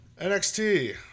NXT